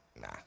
Nah